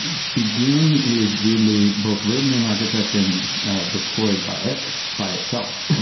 begin is weirdly both written in architect and deployed by it by itself.